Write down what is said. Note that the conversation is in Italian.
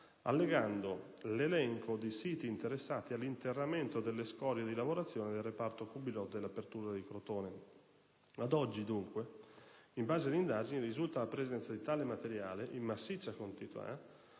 allegando «l'elenco dei siti interessati all'interramento delle scorie di lavorazione del reparto cubilot della Pertusola di Crotone». Ad oggi, dunque, in base alle indagini, risulta la presenza di tale materiale in massiccia quantità,